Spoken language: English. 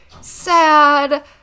sad